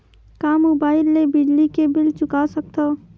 का मुबाइल ले बिजली के बिल चुका सकथव?